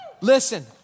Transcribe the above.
Listen